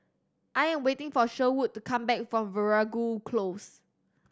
I am waiting for Sherwood to come back from Veeragoo Close